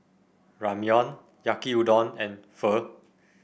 Ramyeon Yaki Udon and Pho